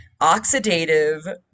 oxidative